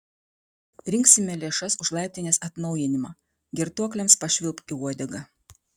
rinksime lėšas už laiptinės atnaujinimą girtuokliams pašvilpk į uodegą